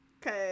Cause